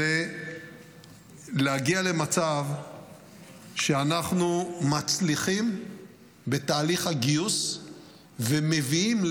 להגיע למצב שאנחנו מצליחים בתהליך הגיוס ומביאים